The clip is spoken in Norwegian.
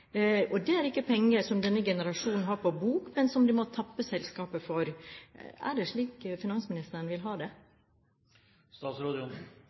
er ikke penger som denne generasjonen har på bok, men som de må tappe selskapet for. Er det slik finansministeren vil ha